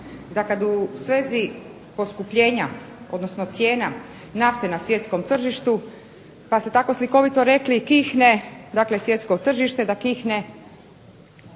da kad u svezi poskupljenja odnosno cijena nafte na svjetskom tržištu pa ste tako slikovito rekli kihne dakle svjetsko tržište, da kihne